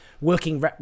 working